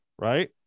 right